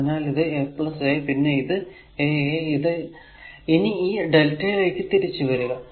അതിനാൽ ഇത് a a പിന്നെ ഇത് a a ഇനി ഈ lrmΔ ലേക്ക് തിരിച്ചു വരിക